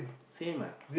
same ah